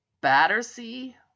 Battersea